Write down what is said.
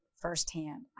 firsthand